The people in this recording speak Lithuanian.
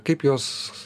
kaip juos